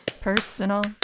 personal